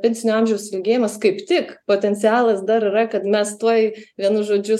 pensinio amžiaus ilgėjimas kaip tik potencialas dar yra kad mes tuoj vienu žodžiu